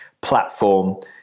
platform